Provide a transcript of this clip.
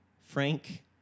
Frank